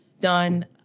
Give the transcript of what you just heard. done